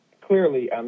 clearly